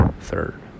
Third